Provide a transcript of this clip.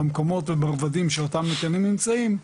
במקומות ומרבדים של אותם מטיילים נמצאים,